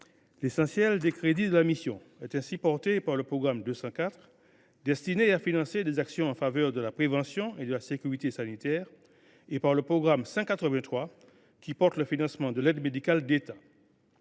L’essentiel des crédits de la mission est ainsi alloué au programme 204, qui finance des actions en faveur de la prévention et de la sécurité sanitaire, et au programme 183, qui finance l’aide médicale de l’État.